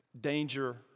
danger